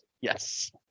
yes